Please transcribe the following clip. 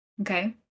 Okay